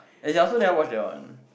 as in I also never watch that one